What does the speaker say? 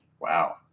Wow